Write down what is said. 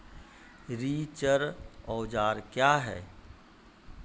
रिचर औजार क्या हैं?